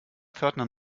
pförtner